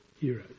heroes